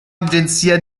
agenzia